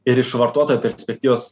ir iš vartotojo perspektyvos